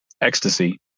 ecstasy